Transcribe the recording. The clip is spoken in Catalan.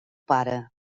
pare